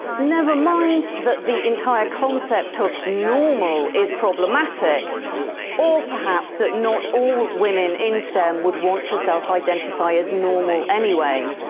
never mind that the entire concept of normal is problematic or perhaps that not all women in stem would want to self-identify as normal anyway.